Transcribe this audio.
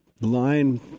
Line